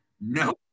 No